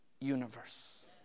universe